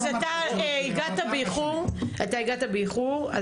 אתה הגעת באיחור,